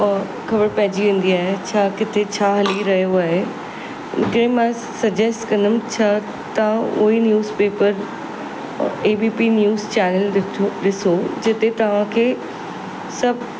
और ख़बर पइजी वेंदी आहे छा किथे छा किथे छा हली रहियो आहे हिकिड़े मां सजेस्ट कंदमि छा तव्हां उहेई news paper ABP news channel ॾिठो ॾिसो जिते तव्हांखे सभु